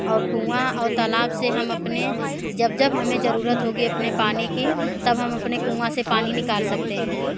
और कुआँ और तालाब से हम अपने जब जब हमें ज़रूरत होगी अपने पानी की तब हम अपने कुआँ से पानी निकाल सकते हैं